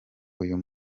uyu